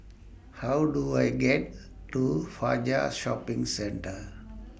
How Do I get to Fajar Shopping Centre